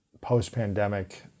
post-pandemic